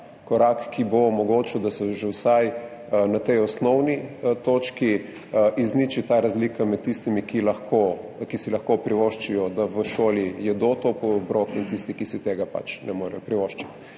Korak, ki bo omogočil, da se že vsaj na tej osnovni točki izniči ta razlika med tistimi, ki si lahko privoščijo, da v šoli jedo topel obrok, in tistimi, ki si tega pač ne morejo privoščiti.